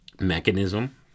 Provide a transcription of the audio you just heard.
mechanism